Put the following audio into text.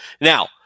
Now